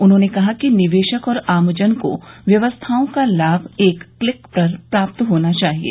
उन्होंने कहा कि निवेशक और आमजन को व्यवस्थाओं का लाभ एक क्लिक पर प्राप्त होना चाहिये